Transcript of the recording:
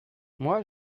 moi